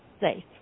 safe